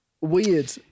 weird